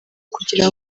kugira